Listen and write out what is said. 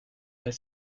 pas